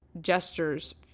gestures